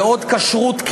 ועוד כשרות?